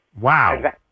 Wow